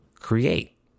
Create